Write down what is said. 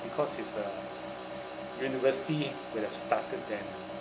because it's uh university would have started then